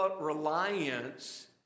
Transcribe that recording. reliance